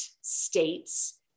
states